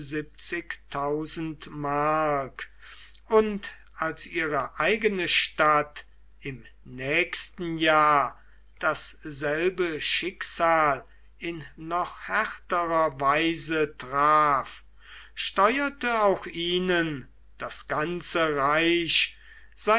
mark und als ihre eigene stadt im nächsten jahr dasselbe schicksal in noch härterer weise traf steuerte auch ihnen das ganze reich